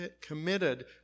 committed